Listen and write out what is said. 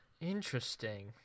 Interesting